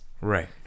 Right